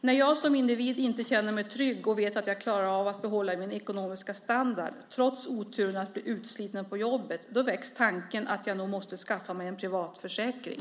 När jag som individ inte känner mig trygg och vet att jag klarar av att behålla min ekonomiska standard trots oturen att bli utsliten på jobbet väcks tanken att jag nog måste skaffa mig en privat försäkring.